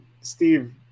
Steve